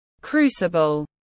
crucible